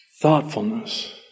thoughtfulness